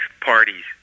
parties